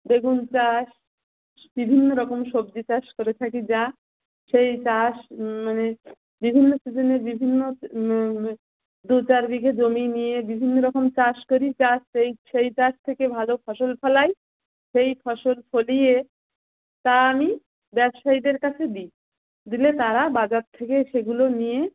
বেগুন চাষ বিভিন্ন রকম সবজি চাষ করে থাকি যা সেই চাষ মানে বিভিন্ন সিজেনে বিভিন্ন দু চার বিঘে জমি নিয়ে বিভিন্ন রকম চাষ করি চাষ সেই সেই চাষ থেকে ভালো ফসল ফলাই সেই ফসল ফলিয়ে তা আমি ব্যবসায়ীদের কাছে দিই দিলে তারা বাজার থেকে সেগুলো নিয়ে